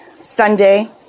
Sunday